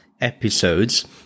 episodes